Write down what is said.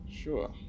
Sure